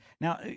Now